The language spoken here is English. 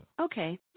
Okay